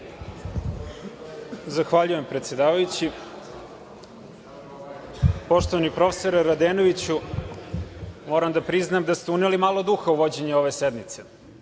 Zahvaljujem, predsedavajući. Poštovani profesore Radenoviću, moram da priznam da ste uneli malo duha u vođenje ove sednice